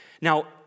now